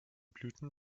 blüten